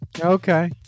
okay